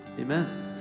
amen